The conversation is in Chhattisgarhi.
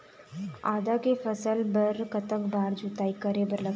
आदा के फसल बर कतक बार जोताई करे बर लगथे?